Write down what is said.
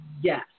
yes